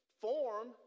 form